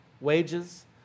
wages